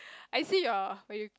I see your when you